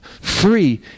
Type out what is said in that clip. free